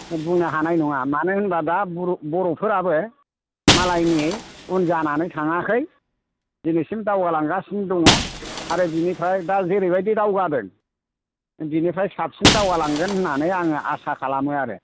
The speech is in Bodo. बुंनो हानाय नङा मा मानो होनबा दा बर'फोराबो मालायनि उन जानानै थाङाखै दिनैसिम दावगालांगासिनो दङ आरो बिनिफ्राय दा जेरैबादि दावगादों बेनिफ्राय साबसिन दावगालांगोन होन्नानै आङो आसा खालामो आरो